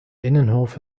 innenhof